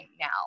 now